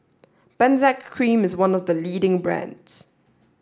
Benzac Cream is one of the leading brands